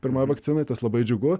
pirmai vakcinai tad labai džiugu